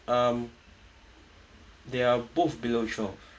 um they are both below twelve